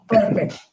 Perfect